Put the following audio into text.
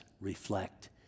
reflect